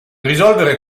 risolvere